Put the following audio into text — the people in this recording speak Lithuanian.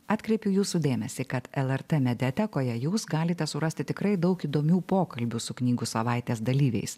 atkreipiu jūsų dėmesį kad lrt mediatekoje jūs galite surasti tikrai daug įdomių pokalbių su knygų savaitės dalyviais